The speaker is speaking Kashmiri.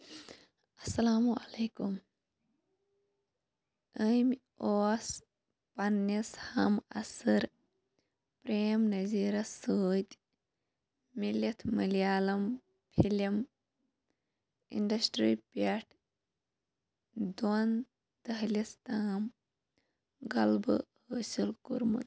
اَسلامُ علیکُم أمۍ اوس پنٛنِس ہم عصر پرٛیم نزیٖرَس سۭتۍ مِلِتھ مٔلیالم فلم اِنٛڈسٹِرٛی پٮ۪ٹھ دۄن دٔہلِس تام غلبہٕ حٲصِل کوٚرمُت